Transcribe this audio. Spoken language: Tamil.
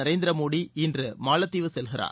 நரேந்திர மோடி இன்று மாலத்தீவு செல்கிறார்